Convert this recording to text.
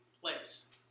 place